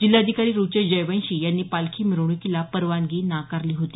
जिल्हाधिकारी रुचेश जयवंशी यांनी पालखी मिरवण्कीला परवानगी नाकारली होती